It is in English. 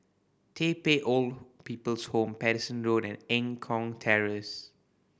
Tai Pei Old People's Home Paterson Road and Eng Kong Terrace